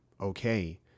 okay